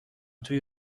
توی